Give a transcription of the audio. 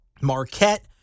Marquette